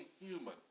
human